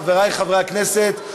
חברי חברי הכנסת,